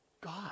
God